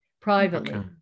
privately